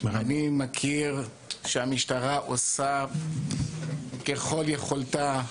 אני מכיר שהמשטרה עושה ככל יכולתה,